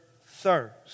thirst